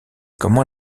comment